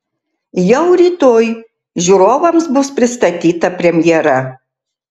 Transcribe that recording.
jau rytoj žiūrovams bus pristatyta premjera